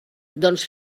doncs